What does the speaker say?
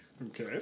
Okay